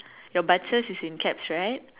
your butchers is in caps right